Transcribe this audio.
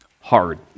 hard